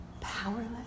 Powerless